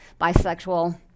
bisexual